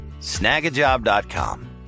Snagajob.com